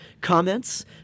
comments